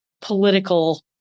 political